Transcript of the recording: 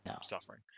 suffering